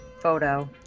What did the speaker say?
photo